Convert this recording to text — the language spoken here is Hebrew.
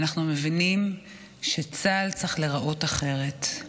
אנחנו מבינים שצה"ל צריך להיראות אחרת.